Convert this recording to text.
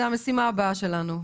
זאת המשימה הבאה שלנו,